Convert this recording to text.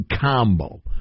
combo